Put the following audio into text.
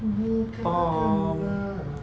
tom